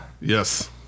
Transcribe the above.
Yes